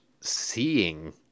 seeing